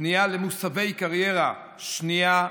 פנייה למוסבי קריירה שנייה,